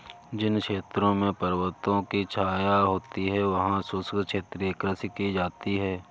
जिन क्षेत्रों में पर्वतों की छाया होती है वहां शुष्क क्षेत्रीय कृषि की जाती है